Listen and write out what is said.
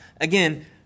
Again